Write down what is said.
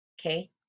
Okay